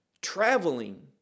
traveling